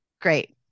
Great